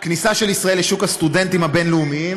כניסה של ישראל לשוק הסטודנטים הבין-לאומיים